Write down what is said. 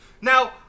Now